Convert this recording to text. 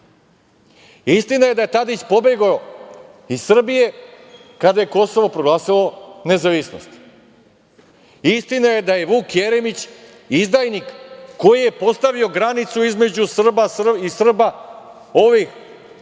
Istina je da je Tadić pobegao iz Srbije kada je Kosovo proglasilo nezavisnost. Istina je da je Vuk Jeremić izdajnik koji je postavio granicu između Srba i Srba, ovih koji